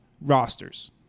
rosters